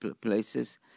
places